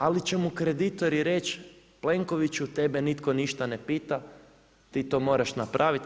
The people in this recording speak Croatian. Ali će mu kreditori reći Plenkoviću tebe nitko ništa ne pita, ti to moraš napravit.